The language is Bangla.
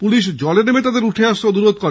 পুলিশ জলে নেমে তাদের উঠে আসতে অনুরোধ করে